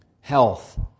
health